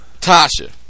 Tasha